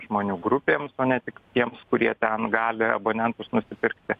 žmonių grupėms o ne tik tiems kurie ten gali abonentus nusipirkti